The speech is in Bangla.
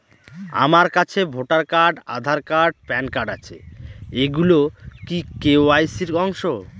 আমার কাছে voter card Aadhaar card PAN card আছে এগুলো কি কে.ওয়াই.সি র অংশ?